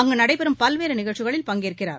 அங்கு நடைபெறும் பல்வேறு நிகழ்ச்சிகளில் பங்கேற்கிறார்